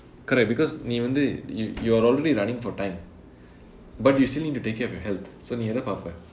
correct because நீ வந்து:nee vanthu you you're already running for time but you still need to take care of your health so நீ எதை பார்ப்பே:nee ethai paarpae